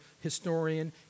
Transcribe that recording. historian